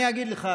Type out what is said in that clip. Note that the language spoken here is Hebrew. אגיד לך,